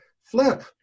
Flip